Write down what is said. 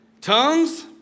Tongues